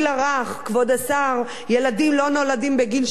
כבוד השר, ילדים לא נולדים בגיל שלוש,